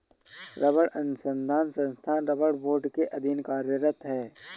रबड़ अनुसंधान संस्थान रबड़ बोर्ड के अधीन कार्यरत है